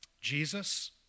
Jesus